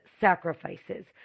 sacrifices